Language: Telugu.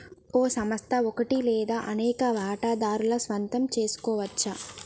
ఓ సంస్థ ఒకటి లేదా అనేక వాటాదారుల సొంతం సెసుకోవచ్చు